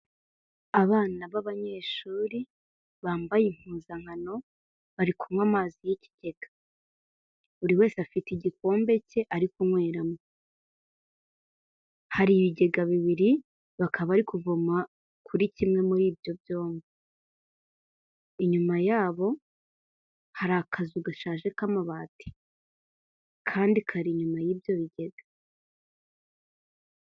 Abana b'abanyeshuri bambaye impuzankano barikunywa amazi y'ikigega. Buri wese afite igikombe cye arikunyweramo. Hari ibigega bibiri bakaba barikuvoma kuri kimwe muri ibyo byombi. Inyuma yabo hari akazu gashaje k'amabati kandi kari inyuma y'ibyo bigega.